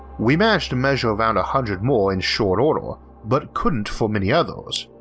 we managed to measure around a hundred more in short order but couldn't for many others,